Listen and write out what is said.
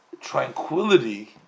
tranquility